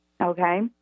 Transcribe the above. okay